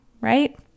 right